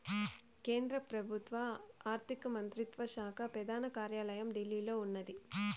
కేంద్ర పెబుత్వ ఆర్థిక మంత్రిత్వ శాక పెదాన కార్యాలయం ఢిల్లీలో ఉన్నాది